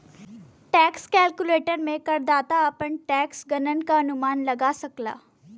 tax calculator में करदाता अपने टैक्स गणना क अनुमान लगा सकला